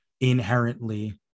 inherently